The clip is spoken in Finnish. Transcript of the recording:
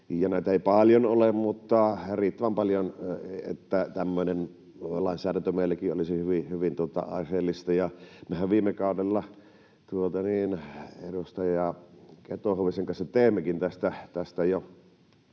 Näitä ei paljon ole, mutta riittävän paljon siihen, että tämmöinen lainsäädäntö meilläkin olisi hyvin aiheellista. Mehän viime kaudella edustaja Keto-Huovisen kanssa teimmekin tästä jo